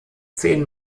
zehn